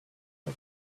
for